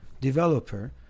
developer